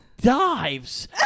dives